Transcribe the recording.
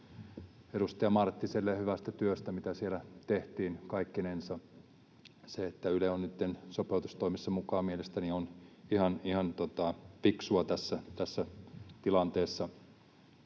edustaja Marttiselle hyvästä työstä, mitä siellä tehtiin kaikkinensa. Se, että Yle on nytten sopeutustoimessa mukana, on mielestäni ihan fiksua tässä tilanteessa.